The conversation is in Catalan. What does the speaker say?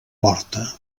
porta